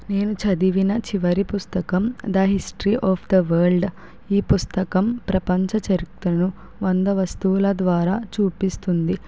నేను చదివిన చివరి పుస్తకం the history of the world ఈ పుస్తకం ప్రపంచ చరిత్రను వంద వస్తువుల ద్వారా చూపిస్తుంది